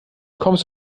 kommst